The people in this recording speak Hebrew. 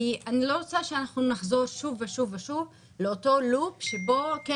אני לא רוצה שנחזור שוב ושוב לאותו לופ בו אנחנו